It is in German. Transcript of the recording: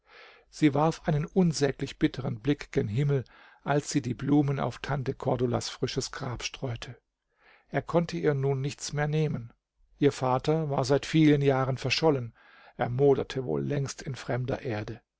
sie warf einen unsäglich bitteren blick gen himmel als sie die blumen auf tante cordulas frisches grab streute er konnte ihr nun nichts mehr nehmen ihr vater war seit vielen jahren verschollen er moderte wohl längst in fremder erde